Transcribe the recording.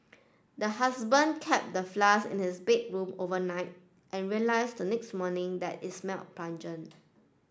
the husband kept the flask in his bedroom overnight and realised the next morning that it smelt pungent